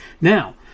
now